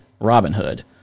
Robinhood